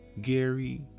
Gary